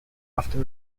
after